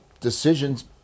Decisions